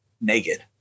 naked